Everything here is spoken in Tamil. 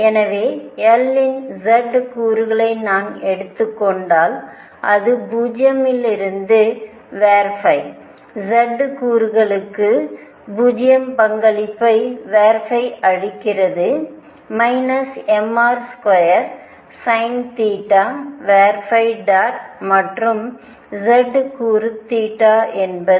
எனவே L இன் z கூறுகளை நான் எடுத்துக் கொண்டால் அது 0 இலிருந்து z கூறுக்கு 0 பங்களிப்பை அளிக்கிறது mr2sinθ மற்றும் z கூறு என்பது